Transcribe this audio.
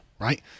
right